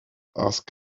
ask